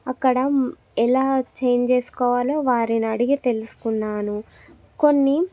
అక్కడ ఎలా ఛేంజ్ చేసుకోవాలో వారిని అడిగి తెలుసుకున్నాను కొన్ని